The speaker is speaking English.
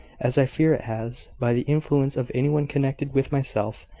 as i fear it has, by the influence of any one connected with myself.